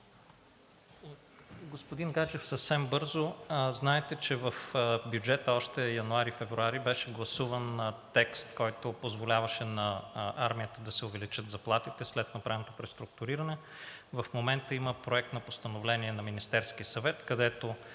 Господин Гаджев, съвсем бързо. Знаете, че в бюджета още януари – февруари беше гласуван текст, който позволяваше на армията да се увеличат заплатите след направеното преструктуриране. В момента има Проект на постановление на Министерския съвет, където